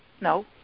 No